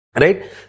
Right